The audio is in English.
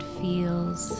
feels